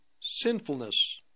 sinfulness